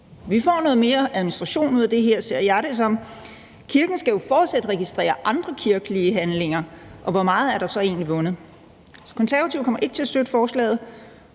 Vi får noget mere administration ud af det her, ser jeg det som. Kirken skal jo fortsat registrere andre kirkelige handlinger, og hvor meget er der så egentlig vundet? Så Konservative kommer ikke til at støtte forslaget.